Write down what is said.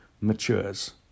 matures